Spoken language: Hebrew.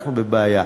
ואנחנו בבעיה.